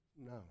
No